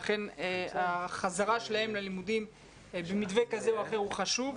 לכן החזרה שלהם ללימודים במתווה כזה או אחר היא חשובה.